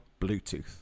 Bluetooth